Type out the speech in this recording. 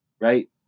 right